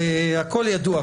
הכול ידוע,